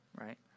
right